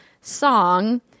song